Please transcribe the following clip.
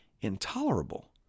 intolerable